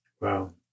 Wow